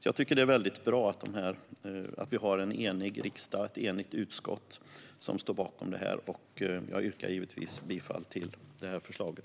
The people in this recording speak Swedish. Jag tycker alltså att det är bra att en enig riksdag och ett enigt utskott står bakom detta. Jag yrkar givetvis bifall till förslaget.